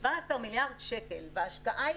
17 מיליארד שקלים, וההשקעה,